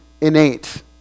innate